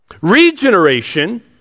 Regeneration